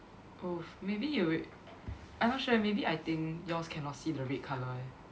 oh maybe you I'm not sure maybe I think yours cannot see the red colour eh